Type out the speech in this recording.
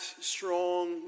strong